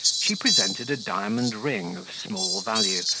she presented a diamond ring of small value,